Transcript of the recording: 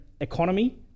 economy